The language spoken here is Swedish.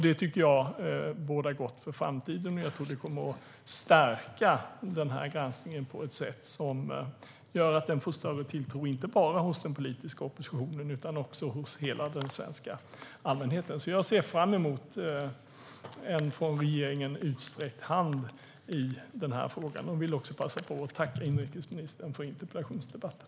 Det tycker jag bådar gott för framtiden. Jag tror att det kommer at stärka den här granskningen på ett sätt som gör att den får större tilltro inte bara hos den politiska oppositionen utan också hos hela den svenska allmänheten. Jag ser fram emot en från regeringen utsträckt hand i frågan. Jag vill också passa på att tacka inrikesministern för interpellationsdebatten.